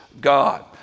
God